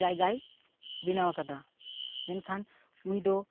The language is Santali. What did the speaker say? ᱡᱟᱭᱜᱟᱭ ᱵᱮᱱᱟᱣ ᱟᱠᱟᱫᱟ ᱢᱮᱱᱠᱷᱟᱱ ᱩᱱᱤ ᱫᱚ